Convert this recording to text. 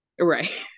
Right